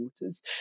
waters